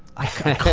i couldn't